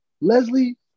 Leslie